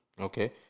Okay